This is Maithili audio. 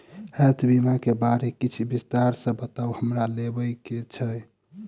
हेल्थ बीमा केँ बारे किछ विस्तार सऽ बताउ हमरा लेबऽ केँ छयः?